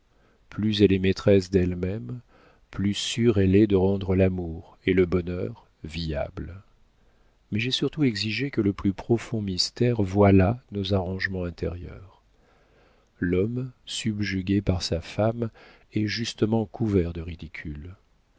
plus elle est maîtresse d'elle-même plus sûre elle est de rendre l'amour et le bonheur viables mais j'ai surtout exigé que le plus profond mystère voilât nos arrangements intérieurs l'homme subjugué par sa femme est justement couvert de ridicule